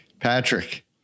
Patrick